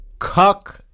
cuck